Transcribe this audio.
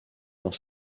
dans